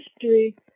history